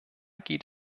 geht